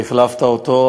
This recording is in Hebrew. והחלפת אותו,